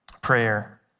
prayer